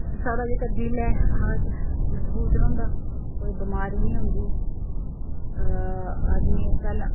साढ़ा जेह्का दिल ऐ हार्ट मजबूत रौंह्दा कोई बमारी नी होंदी आदमियें गी पैह्लें